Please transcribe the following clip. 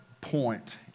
point